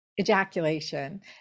ejaculation